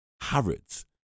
Harrods